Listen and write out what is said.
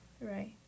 Right